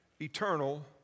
eternal